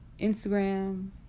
instagram